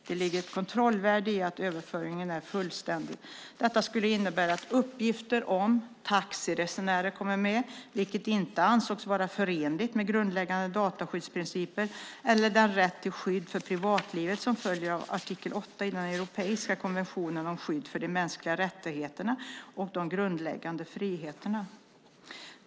Det ligger ett kontrollvärde i att överföringen är fullständig. Detta skulle innebära att uppgifter om taxiresenärer kommer med, vilket inte ansågs vara förenligt med grundläggande dataskyddsprinciper eller den rätt till skydd för privatlivet som följer av artikel 8 i den europeiska konventionen om skydd för de mänskliga rättigheterna och de grundläggande friheterna.